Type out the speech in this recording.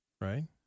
Right